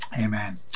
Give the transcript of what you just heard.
Amen